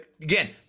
Again